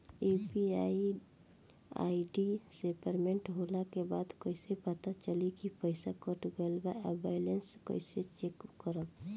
UPI ID से payment होला के बाद कइसे पता चली की पईसा कट गएल आ बैलेंस कइसे चेक करम?